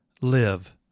live